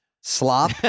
slop